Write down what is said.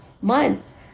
months